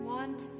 Want